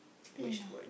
plan ah